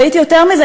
ויותר מזה,